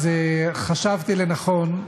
אז חשבתי לנכון,